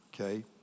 okay